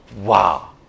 Wow